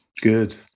Good